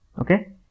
Okay